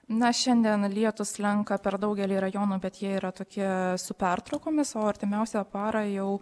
na šiandien lietūs slenka per daugelį rajonų bet jie yra tokie su pertraukomis o artimiausią parą jau